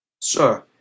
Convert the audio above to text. sir